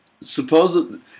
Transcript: supposedly